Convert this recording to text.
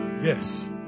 Yes